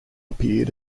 appeared